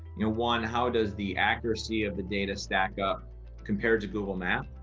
you know one, how does the accuracy of the data stack up compared to google maps?